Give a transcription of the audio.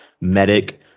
medic